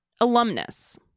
alumnus